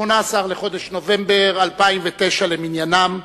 18 בחודש נובמבר 2009 למניינם.